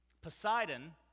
Poseidon